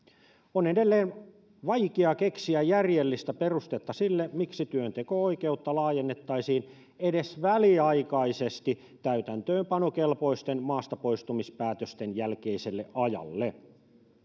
on edelleen vaikea keksiä järjellistä perustetta sille miksi työnteko oikeutta laajennettaisiin edes väliaikaisesti täytäntöönpanokelpoisten maastapoistumispäätösten jälkeiselle ajalle